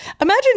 Imagine